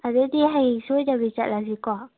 ꯑꯗꯨꯗꯤ ꯍꯌꯦꯡ ꯁꯣꯏꯗꯕꯤ ꯆꯠꯂꯁꯤꯀꯣ